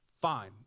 Fine